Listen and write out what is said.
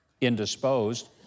indisposed